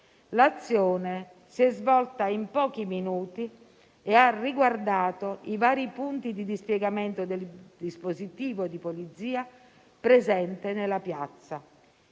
L'azione si è svolta in pochi minuti e ha riguardato i vari punti di dispiegamento del dispositivo di polizia presente nella piazza.